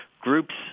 groups